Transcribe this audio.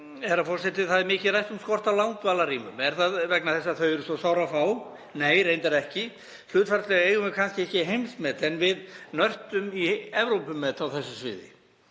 herra forseti, það er mikið rætt um skort á langdvalarrýmum. Er það vegna þess að þau eru svo sárafá? Nei, reyndar ekki. Hlutfallslega eigum við kannski ekki heimsmet en við nörtum í Evrópumet á því sviði.